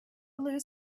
blue